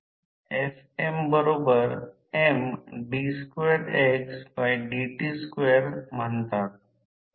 तर E2 नंतर a r2 j s a X 2 अंश आणि भाजक यांना a ने गुणा